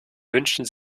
wünschen